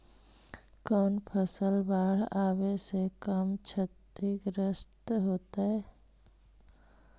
कौन फसल बाढ़ आवे से कम छतिग्रस्त होतइ?